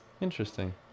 interesting